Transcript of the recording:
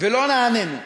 ולא נענינו.